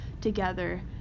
together